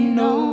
no